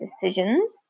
decisions